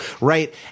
right